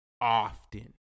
often